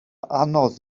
anodd